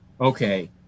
okay